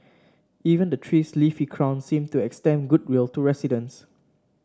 even the tree's leafy crown seemed to extend goodwill to residents